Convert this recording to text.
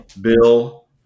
Bill